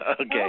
Okay